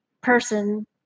person